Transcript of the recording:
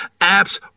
Apps